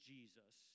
Jesus